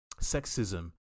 sexism